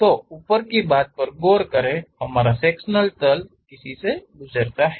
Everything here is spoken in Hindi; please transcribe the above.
तो ऊपर की बात पर गौर करें हमारा सेक्शन तल इसी से गुजरता है